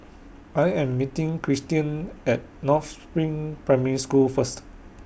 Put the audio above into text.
I Am meeting Christian At North SPRING Primary School First